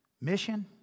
Mission